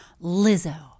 Lizzo